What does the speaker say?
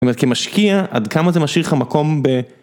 זאת אומרת, כמשקיע, עד כמה זה משאיר לך מקום ב...